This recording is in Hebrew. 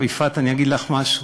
עכשיו, יפעת, אני אגיד לך משהו,